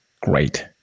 great